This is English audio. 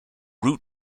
root